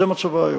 זה מצבה היום.